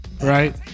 right